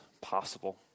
possible